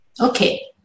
Okay